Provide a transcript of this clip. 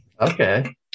Okay